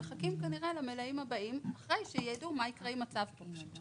כנראה שהם מחכים למלאים הבאים אחרי שהם ידעו מה יקרה עם הצו פה.